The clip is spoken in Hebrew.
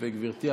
גברתי,